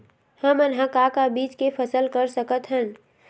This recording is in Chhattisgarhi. हमन ह का का बीज के फसल कर सकत हन?